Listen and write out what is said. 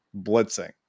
blitzing